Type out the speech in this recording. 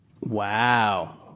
Wow